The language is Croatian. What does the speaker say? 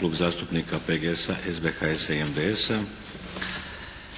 Klub zastupnika PGS-a, SBHS-a i MDS-a,